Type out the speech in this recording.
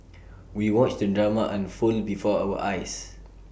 we watched the drama unfold before our eyes